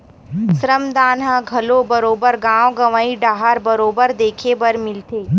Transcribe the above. श्रम दान ह घलो बरोबर गाँव गंवई डाहर बरोबर देखे बर मिलथे